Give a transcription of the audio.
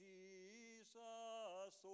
Jesus